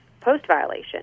post-violation